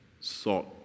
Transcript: sought